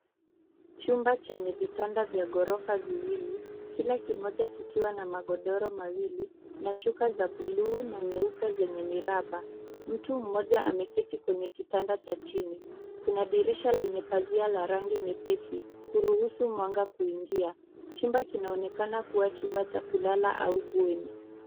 Chumba chenye vitanda vya ghorofa viwili kila kimoja kikiwa na magodoro mawili na shuka za bluu na nyeupe zenye miraba. Mtu mmoja ameketi kwenye kitanda cha chini. Kuna dirisha lenye pazia la rangi nyepesi kuruhusu mwanga kuingia. Chumba kinaonekana kuwa chumba cha kulala au bweni.